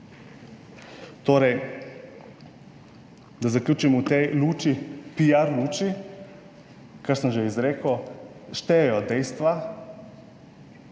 Torej, da zaključim v tej luči, piar luči, kar sem že izrekel, štejejo dejstva,